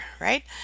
right